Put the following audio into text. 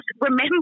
remember